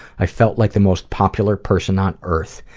i felt like the most popular person on earth.